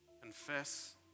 Confess